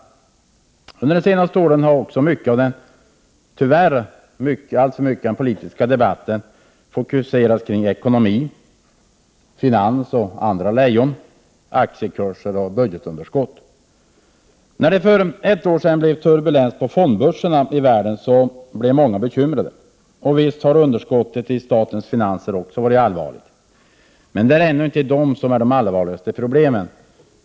Under de senaste åren har mycket av den politiska debatten tyvärr fokuserats kring ekonomi, finanslejon och andra lejon, aktiekurser och budgetunderskott. När det för ett år sedan blev turbulens på fondbörserna i världen blev många bekymrade, och visst har underskottet i statens finanser varit allvarligt. Men de här problemen är ändå inte de allvarligaste.